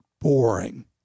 boring